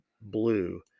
blue